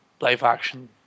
live-action